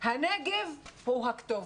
הנגב הוא הכתובת,